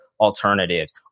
alternatives